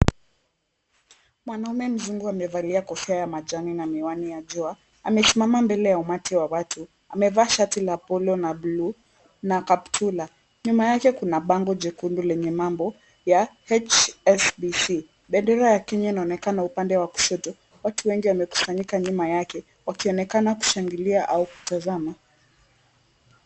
Mwanaume mzungu amevalia kofia ya majani na miwani ya jua amesimama mbele ya umati wa watu. Amevaa shati la polo na bluu na kaptula. Nyuma yake kuna bango jekundu lenye mambo ya HSBC. Bendera ya kenya inaonekana upande wa kushoto, watu wengi wamekusanyika nyuma yake wakionekana kushangilia au kutazama.